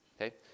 okay